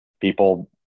People